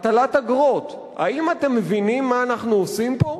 הטלת אגרות, האם אתם מבינים מה אנחנו עושים פה?